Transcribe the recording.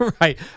Right